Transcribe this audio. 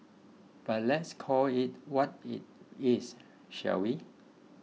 but let's call it what it is shall we